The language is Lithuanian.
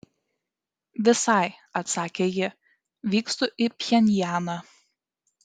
visai atsakė ji vykstu į pchenjaną